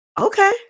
Okay